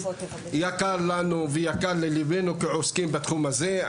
יקר לנו ויקר לליבנו כעוסקים בתחום הזה.